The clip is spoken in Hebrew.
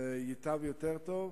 יהיה יותר טוב.